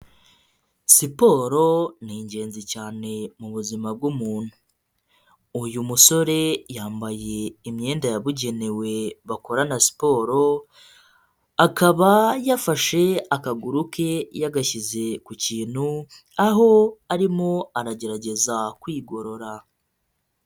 Siporo ni ingenzi cyane mu buzima bw'umuntu . Uyu musore yambaye imyenda yabugenewe bakorana siporo. Akaba yafashe akaguru ke yagashyize ku kintu, aho arimo aragerageza kwigorora.